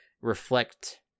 reflect